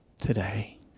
today